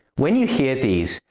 when you hear these,